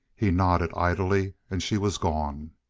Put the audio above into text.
he nodded idly, and she was gone.